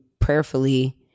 prayerfully